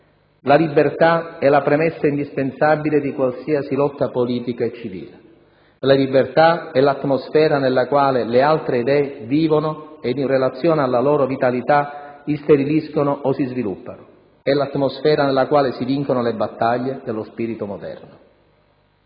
«La libertà è la premessa indispensabile di qualsiasi lotta politica e civile. La libertà è l'atmosfera nella quale le altre idee vivono e in relazione alla loro vitalità isteriliscono o si sviluppano. È l'atmosfera nella quale si vincono le battaglie dello spirito moderno».